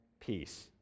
peace